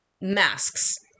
Masks